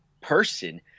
person